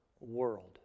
world